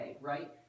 right